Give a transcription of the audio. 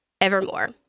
evermore